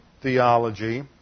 theology